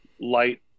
light